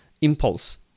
impulse